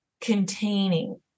containing